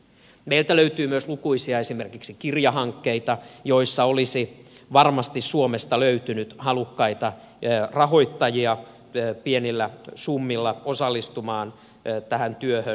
meiltä löytyy myös esimerkiksi lukuisia kirjahankkeita joissa olisi varmasti suomesta löytynyt halukkaita rahoittajia pienillä summilla osallistumaan tähän työhön